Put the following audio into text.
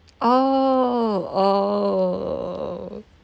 oh oh